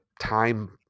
time